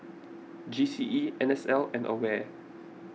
G C E N S L and Aware